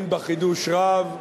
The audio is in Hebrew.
אין בה חידוש רב: